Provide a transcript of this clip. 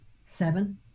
seven